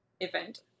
event